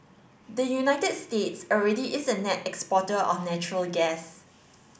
the United States already is a net exporter of natural gas